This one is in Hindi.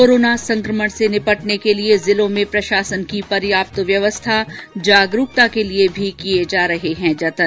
कोराना संकमण से निपटने के लिये जिलो में प्रशासन की पर्याप्त व्यवस्था जागरूकता के लिए भी किये जा रहे हैं जतन